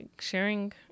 sharing